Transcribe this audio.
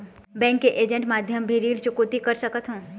Bank के agent माध्यम भी ऋण चुकौती कर सकथों?